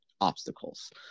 obstacles